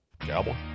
Cowboy